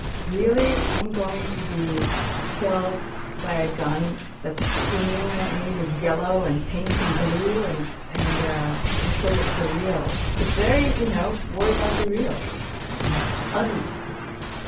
really, i'm going to be killed by a gun that's screaming at me with yellow and pink and blue? and and ah it was sort of surreal, but you know wars are surreal that is utterly surreal.